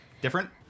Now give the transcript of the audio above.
different